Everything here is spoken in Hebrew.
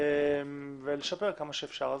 ונשפר כמה שאפשר.